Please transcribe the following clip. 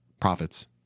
profits